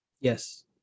Yes